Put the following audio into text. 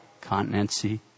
continency